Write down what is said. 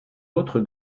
autre